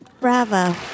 Bravo